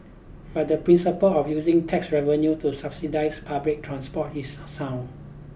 but the principle of using tax revenue to subsidise public transport is sound